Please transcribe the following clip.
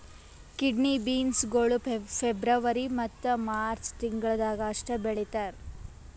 kidney beans ಗೊಳ್ February ಮತ್ತ March ತಿಂಗಿಳದಾಗ್ ಅಷ್ಟೆ ಬೆಳೀತಾರ್